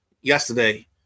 Yesterday